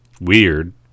Weird